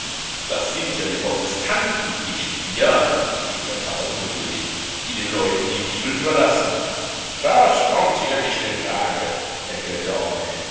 das sind ja die protestanten nicht wir rief der pfarrer ungeduldig die den leuten die bibel überlassen das kommt hier nicht in frage erklärte homais